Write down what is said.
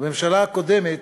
הממשלה הקודמת,